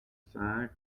cinq